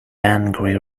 angry